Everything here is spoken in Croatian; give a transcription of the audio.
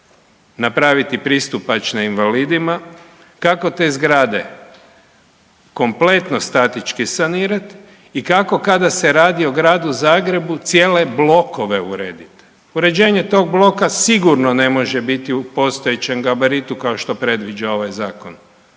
napraviti pristupačne invalidima, kako te zgrade kompletno statički sanirati i kako kada se radi o Gradu Zagrebu cijele blokove urediti. Uređenje tog bloka sigurno ne može biti u postojećem gabaritu kao što predviđa ovaj Zakona.